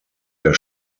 der